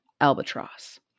Albatross